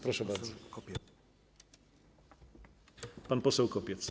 Proszę bardzo, pan poseł Kopiec.